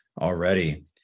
already